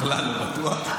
בכלל לא בטוח.